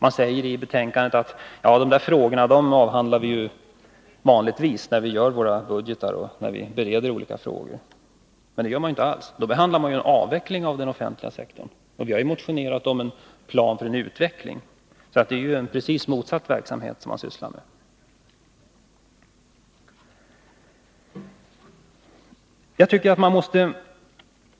I betänkandet sägs att dessa frågor vanligtvis avhandlas när budgetarbetet bedrivs. Men det gör man inte alls. Då behandlar man ju frågan om avveckling av den offentliga sektorn, och vi har motionerat om en plan för en utveckling, och det är därför precis motsatt verksamhet man sysslar med.